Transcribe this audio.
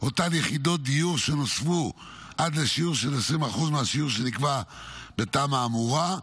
אותן יחידות דיור שנוספו עד לשיעור של 20% מהשיעור שנקבע בתמ"א האמורה.